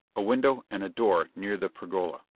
a window and a door near the pergola.